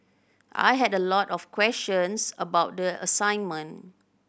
I had a lot of questions about the assignment